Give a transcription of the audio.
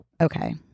Okay